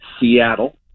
Seattle